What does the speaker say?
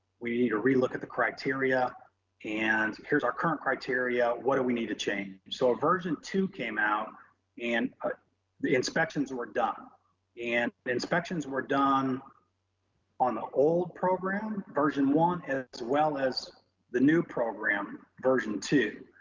we need to relook at the criteria and here's our current criteria, what do we need to change? so version two came out and ah the inspections were done and the inspections were done on the old program version one, as well as the new program version two.